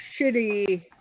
shitty